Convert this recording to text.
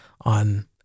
on